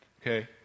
Okay